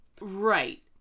Right